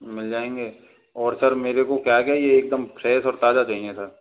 मिल जाएंगे और सर मेरे को क्या क्या ये एकदम फ्रेश और ताजा चाहिए सर